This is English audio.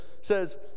says